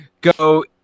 go